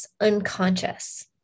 unconscious